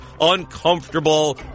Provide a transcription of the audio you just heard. uncomfortable